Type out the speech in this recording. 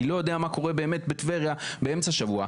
אני לא יודע מה באמת קורה בטבריה באמצע שבוע.